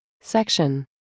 Section